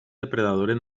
depredadores